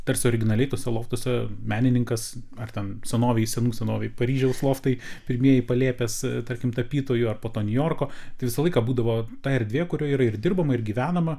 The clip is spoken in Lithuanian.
tarsi originaliai tuose loftuose menininkas ar ten senovėj senų senovėj paryžiaus loftai pirmieji palėpės tarkim tapytojų ar po to niujorko tai visą laiką būdavo ta erdvė kurioje yra ir dirbama ir gyvenama